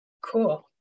Cool